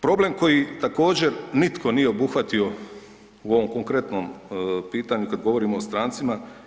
Problem koji također nitko nije obuhvatio u ovom konkretnom pitanju kad govorimo o strancima.